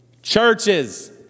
Churches